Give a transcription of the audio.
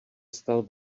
stal